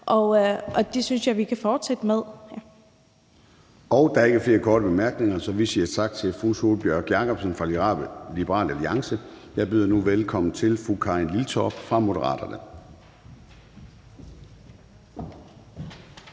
og det synes jeg vi kan fortsætte med. Kl. 13:28 Formanden (Søren Gade): Der er ikke flere korte bemærkninger. Så vi siger tak til fru Sólbjørg Jakobsen fra Liberal Alliance. Jeg byder nu velkommen til fru Karin Liltorp fra Moderaterne.